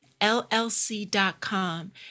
LLC.com